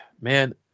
man